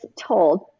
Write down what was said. told